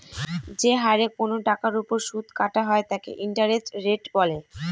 যে হারে কোনো টাকার ওপর সুদ কাটা হয় তাকে ইন্টারেস্ট রেট বলে